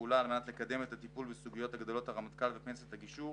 פעולה על מנת לקדם את הטיפול בסוגיות הגדלות הרמטכ"ל ופנסיית הגישור